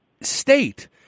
state